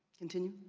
continue.